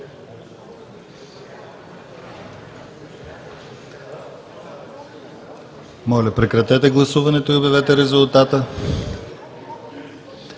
Моля, прекратете гласуването и обявете резултата.